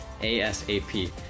ASAP